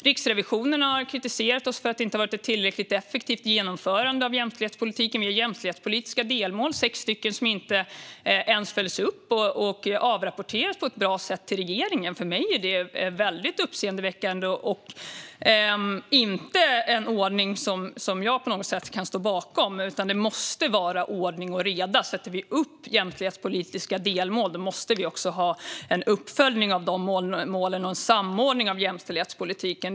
Riksrevisionen har kritiserat att det inte har varit ett tillräckligt effektivt genomförande av jämställdhetspolitiken. De sex jämställdhetspolitiska delmålen följs varken upp eller avrapporteras på ett bra sätt till regeringen. Detta kan jag inte stå bakom, utan det måste vara ordning och reda. Om vi sätter upp jämställdhetspolitiska delmål måste vi ha en uppföljning av dessa och en samordning av jämställdhetspolitiken.